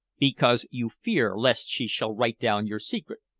because you fear lest she shall write down your secret.